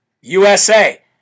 USA